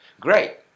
Great